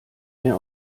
mehr